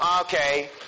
Okay